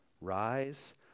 rise